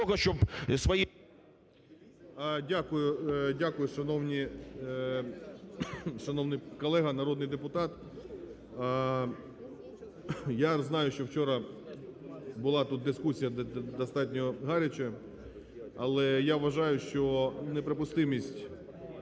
дякую, шановний колега народний депутат. Я знаю, що вчора була тут дискусія достатня гаряча, але я вважаю, що неприпустимість